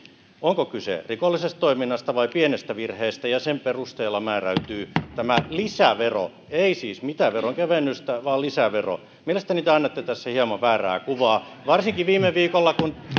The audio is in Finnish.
onko kyse rikollisesta toiminnasta vai pienestä virheestä ja sen perusteella määräytyy tämä lisävero ei siis mitään veronkevennystä vaan lisävero mielestäni te annatte tässä hieman väärää kuvaa varsinkin viime viikolla kun